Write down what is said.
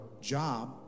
job